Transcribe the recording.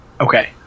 Okay